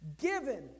given